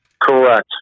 Correct